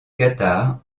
qatar